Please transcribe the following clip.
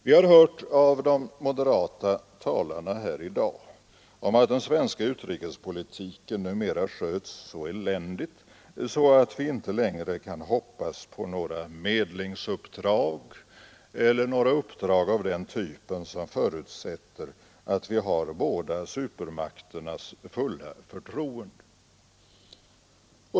Vi har av de moderata talarna här i dag hört att den svenska utrikespolitiken numera sköts så eländigt att vi inte längre kan hoppas på några medlingsuppdrag eller uppdrag av den typ som förutsätter att vi har båda supermakternas fulla förtroende.